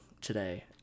today